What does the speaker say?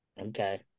Okay